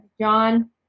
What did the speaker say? John